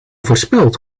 voorspeld